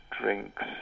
drinks